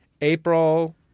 April